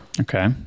Okay